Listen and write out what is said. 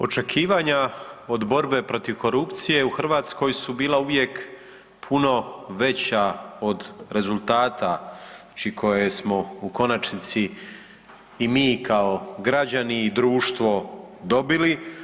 Očekivanja od borbe protiv korupcije u Hrvatskoj su bila uvijek puno veća od rezultata znači koje smo u konačnici i mi kao građani i društvo dobili.